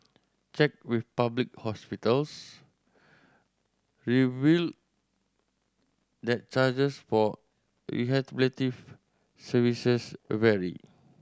check with public hospitals revealed that charges for rehabilitative services vary